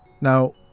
Now